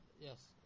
Yes